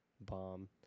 bomb